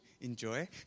Enjoy